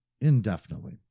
indefinitely